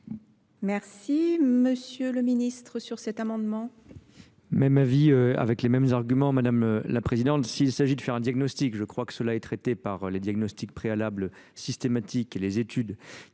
Merci M. le ministre, sur cet amendement. même avis, euh, avec les mêmes arguments, Mᵐᵉ la Présidente, s'il s'agit de faire un diagnostic, je crois que cela est traité par le diagnostics préalables systématiques et les études